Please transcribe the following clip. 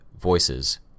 voices